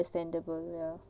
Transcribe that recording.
understandable ya